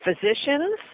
physicians